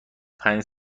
پنج